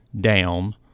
down